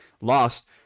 Lost